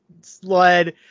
sled